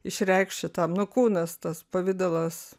išreikšt šitam nu kūnas tas pavidalas